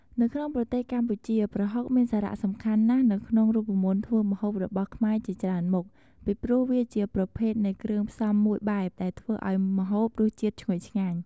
នៅក្នុងប្រទេសកម្ពុជា ប្រហុកមានសារៈសំខាន់ណាស់នៅក្នុងរូបមន្តធ្វើម្ហូបរបស់ខ្មែរជាច្រើនមុខ ពីព្រោះវាជាប្រភេទនៃគ្រឿងផ្សំមួយបែបដែលធ្វេីឱ្យម្ហូបរសជាតិឈ្ងុយឆ្ងាញ់។